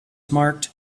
marked